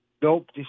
Dope